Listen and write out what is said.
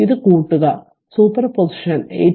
ഇത് കൂട്ടുക superposition 8